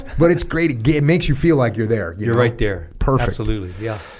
but it's great great it makes you feel like you're there you're right there perfect absolutely yeah ah